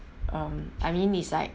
um I mean is like